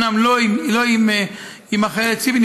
לא עם החיילת ציפי,